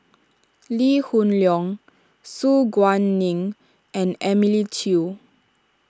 Lee Hoon Leong Su Guaning and Emily Chew